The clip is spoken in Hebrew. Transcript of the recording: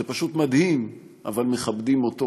זה פשוט מדהים, אבל מכבדים אותו,